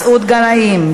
מסעוד גנאים,